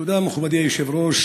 תודה, מכובדי היושב-ראש.